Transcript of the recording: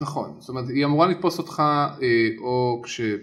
נכון, זאת אומרת היא אמורה לתפוס אותך אה...או כש...